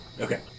Okay